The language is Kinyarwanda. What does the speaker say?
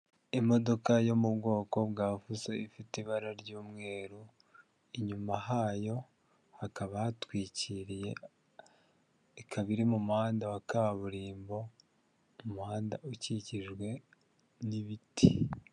Imodoka yo mu bwoko bwa fuso ifite ibara ry'umweru, inyuma hayo hakaba hatwikiriye, ikaba iri mu muhanda wa kaburimbo, umuhanda ukikijwe n'ibiti.